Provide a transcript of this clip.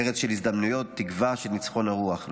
ארץ של הזדמנויות, תקווה, של ניצחון הרוח.